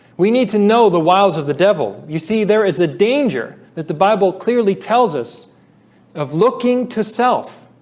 we need to know the wiles of the devil you see there is a danger that the bible clearly tells us of looking to self